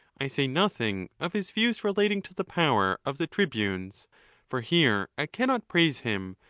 i say nothing of his views relating to the power of the tribunes for here i cannot praise him,